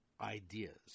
ideas